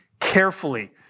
carefully